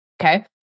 Okay